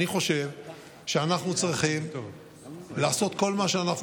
אני חושב שאנחנו צריכים לעשות כל מה שאנחנו